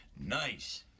Nice